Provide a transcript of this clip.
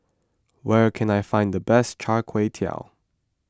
where can I find the best Char Kway Teow